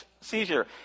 seizure